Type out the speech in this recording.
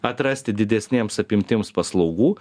atrasti didesnėms apimtims paslaugų